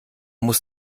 muss